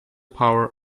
power